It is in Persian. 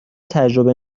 تجربه